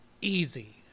easy